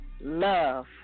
Love